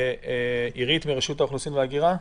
עירית וייסבלום מרשות האוכלוסין וההגירה.